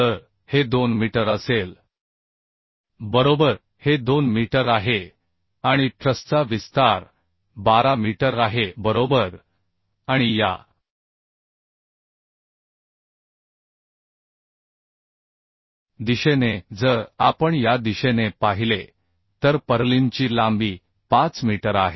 तर हे 2 मीटर असेल बरोबर हे 2 मीटर आहे आणि ट्रसचा विस्तार 12 मीटर आहे बरोबर आणि या दिशेने जर आपण या दिशेने पाहिले तर पर्लिनची लांबी 5 मीटर आहे